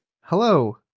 hello